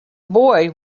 boy